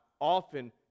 often